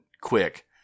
quick